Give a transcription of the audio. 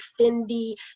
Fendi